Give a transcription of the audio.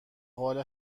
حال